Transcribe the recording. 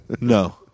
No